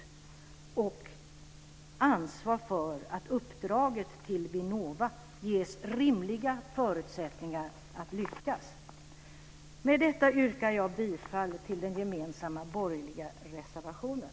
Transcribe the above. Dessutom har man ett ansvar för att uppdraget till Vinnova ges rimliga förutsättningar att lyckas. Med detta yrkar jag bifall till den gemensamma borgerliga reservationen.